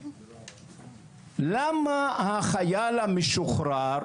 למה החייל המשוחרר